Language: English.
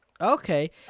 Okay